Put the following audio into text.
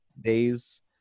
days